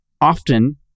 often